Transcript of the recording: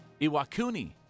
Iwakuni